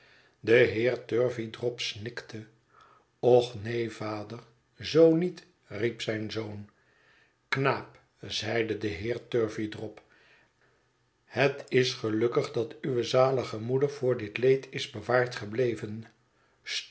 de heer turveydrop snikte och neen vader zoo niet riep zijn zoon knaap zeide de heer turveydrop het is gelukkig dat uwe zalige moeder voor dit leed is bewaard gebleven